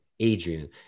adrian